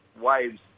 waves